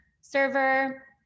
server